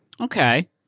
Okay